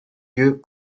lieu